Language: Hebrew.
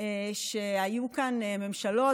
שהיו כאן ממשלות,